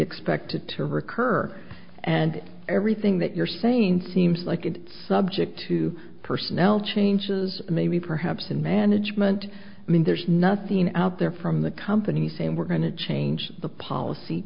expected to recur and everything that you're sane seems like it subject to personnel changes maybe perhaps in management i mean there's nothing out there from the company saying we're going to change the policy